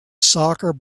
soccer